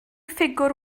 ffigwr